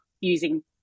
using